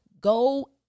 go